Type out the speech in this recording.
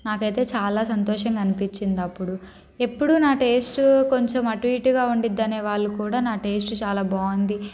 నాకైతే చాలా సంతోషంగా అనిపించింది అప్పుడు ఎప్పుడు నా టేస్ట్ కొంచెం అటు ఇటుగా ఉండిద్ది వాళ్ళు కూడా నా టేస్ట్ చాలా బాగుంది